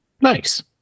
Nice